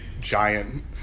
giant